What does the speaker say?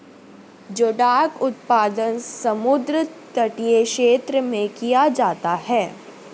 जोडाक उत्पादन समुद्र तटीय क्षेत्र में किया जाता है